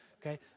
okay